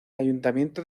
ayuntamiento